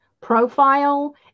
profile